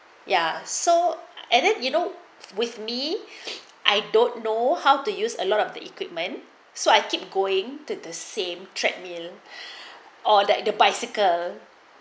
ya so and then you know with me I don't know how to use a lot of the equipment so I keep going to the same treadmill or that the bicycle